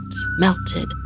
melted